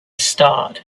start